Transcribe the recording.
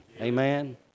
amen